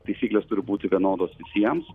taisyklės turi būti vienodos visiems